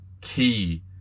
key